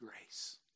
grace